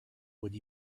would